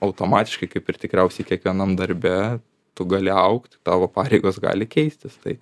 automatiškai kaip ir tikriausiai kiekvienam darbe tu gali augt tavo pareigos gali keistis tai